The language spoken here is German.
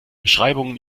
beschreibungen